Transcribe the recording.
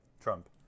trump